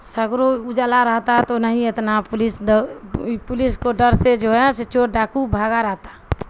سگڑو اجلا رہتا تو نہیں اتنا پولیس دو پولیس کو ڈر سے جو ہے چوٹ ڈاکو بھاگا رہتا